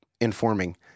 informing